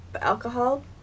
Alcohol